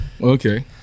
Okay